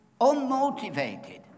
unmotivated